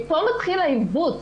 מפה מתחיל העיוות.